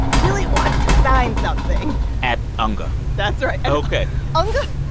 really wants to sign something at unga that's right ok unga?